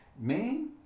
Main